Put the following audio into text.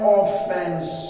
offense